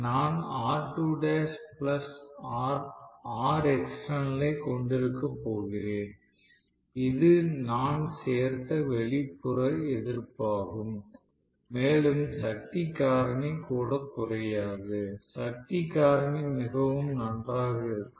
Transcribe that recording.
நான் R2l Rexternal ஐ கொண்டிருக்கப் போகிறேன் இது நான் சேர்த்த வெளிப்புற எதிர்ப்பாகும் மேலும் சக்தி காரணி கூட குறையாது சக்தி காரணி மிகவும் நன்றாக இருக்கும்